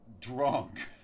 drunk